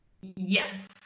Yes